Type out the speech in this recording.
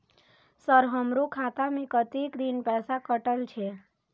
Sir हमारो खाता में कतेक दिन पैसा कटल छे?